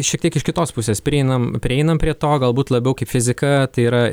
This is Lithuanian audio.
šiek tiek iš kitos pusės prieinam prieinam prie to galbūt labiau kaip fizika tai yra